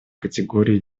категорий